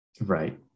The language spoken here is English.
Right